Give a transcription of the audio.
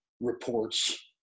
reports